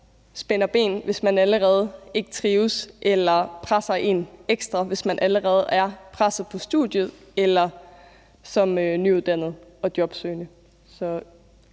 spænder ben, hvis man allerede ikke trives, eller presser en ekstra, hvis man allerede er presset på studiet eller som nyuddannet og jobsøgende.